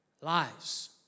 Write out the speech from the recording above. Lies